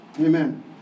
Amen